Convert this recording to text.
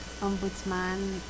ombudsman